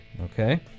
Okay